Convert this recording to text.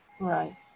Right